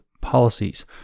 policies